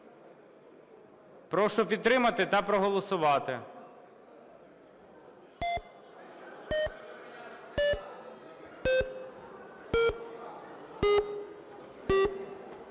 Прошу підтримати та проголосувати.